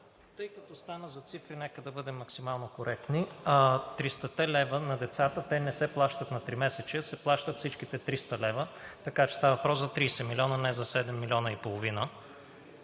Тъй като стана дума за цифри, нека да бъдем максимално коректни. 300-та лева на децата не се плащат на тримесечие, а се плащат всичките 300 лв., така че става въпрос за 30 милиона, а не за 7 милиона и половина.